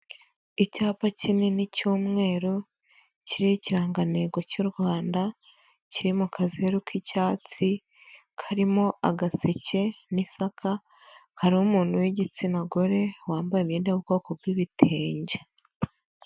Icyapa kinini cy'umweru kiriho ikirangantego cy'u Rwanda kiri mu kazeru k'icyatsi karimo agaseke n'isaka, hariho umuntu w'igitsina gore wambaye imyenda yo mu bwoko bw'ibitenge.